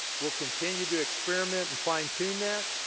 we'll continue to experiment and fine tune that.